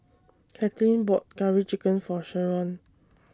Kathlyn bought Curry Chicken For Sherron